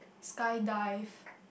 skydive